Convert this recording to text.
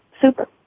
super